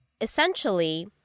essentially